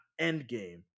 endgame